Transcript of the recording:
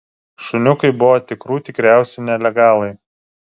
šuniukai buvo tikrų tikriausi nelegalai